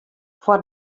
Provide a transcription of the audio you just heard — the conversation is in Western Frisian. foar